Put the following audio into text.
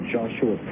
Joshua